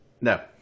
No